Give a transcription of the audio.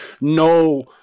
no